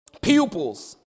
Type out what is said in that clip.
Pupils